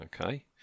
Okay